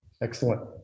Excellent